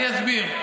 אני אסביר.